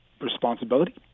responsibility